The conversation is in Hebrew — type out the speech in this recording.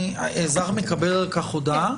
והאזרח מקבל על כך הודעה?